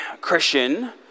Christian